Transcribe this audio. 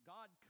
God